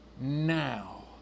now